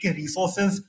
resources